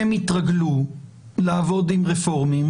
התרגלו לעבוד עם רפורמים,